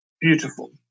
beautiful